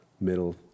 middle